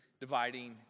dividing